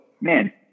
man